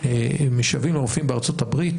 משוועים לרופאים בארה"ב,